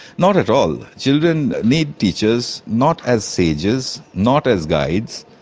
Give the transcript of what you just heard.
not at all. children need teachers, not as sages, not as guides,